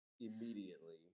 immediately